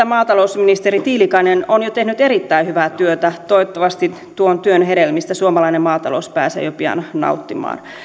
maatalousministeri tiilikainen on jo tehnyt erittäin hyvää työtä toivottavasti tuon työn hedelmistä suomalainen maatalous pääsee jo pian nauttimaan